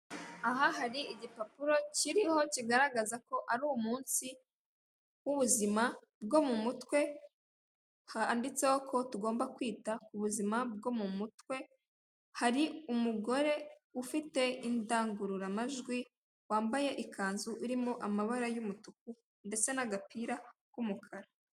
Aha hari igipapuro kiriho kigaragaza ko ari umunsi w'ubuzima bwo mu mutwe handitseho ko tugomba kwita ku buzima bwo mu mutwe hari umugore ufite indangururamajwi wambaye ikanzu irimo amabara y'umutuku ndetse n'agapira k'umukara.